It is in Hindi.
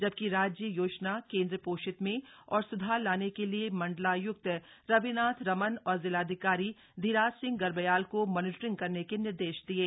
जबकि राज्य योजना केन्द्र पोषित में और स्धार लाने के लिए मण्डलाय्क्त रविनाथ रमन और जिलाधिकारी धीराज सिंह गर्ब्याल को मॉनिटरिंग करने के निर्देश दिये